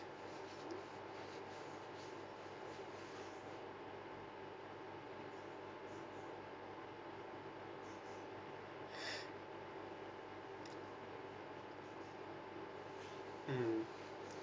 mm